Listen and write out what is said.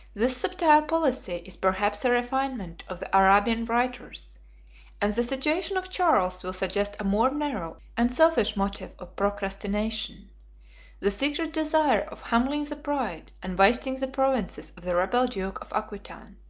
this subtile policy is perhaps a refinement of the arabian writers and the situation of charles will suggest a more narrow and selfish motive of procrastination the secret desire of humbling the pride and wasting the provinces of the rebel duke of aquitain.